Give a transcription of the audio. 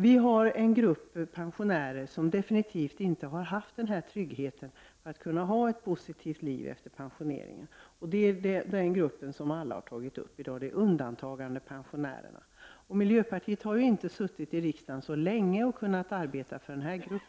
Det finns en grupp pensionärer som inte har haft denna trygghet som ger ett positivt liv efter pensioneringen. Det handlar om den grupp som alla har talat om i dag, nämligen undantagandepensionärerna. Miljöpartiet har ju inte suttit så länge i riksdagen och har därför inte kunnat arbeta för denna grupp,